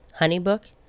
HoneyBook